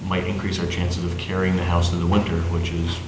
might increase our chances of carrying the house in winter which